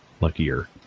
Luckier